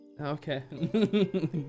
Okay